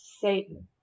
Satan